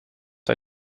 hij